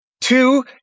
Two